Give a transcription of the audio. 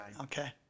Okay